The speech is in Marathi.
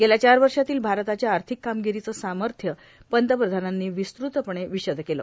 गेल्या चार वर्षातील भारताच्या आर्थिक कामगिरीचे सामथ्य पंतप्रधानांनी विस्तृतपणे विषद केले